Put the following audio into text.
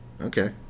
Okay